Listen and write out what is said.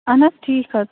اَہَن حظ ٹھیٖک حظ